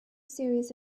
series